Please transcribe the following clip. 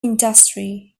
industry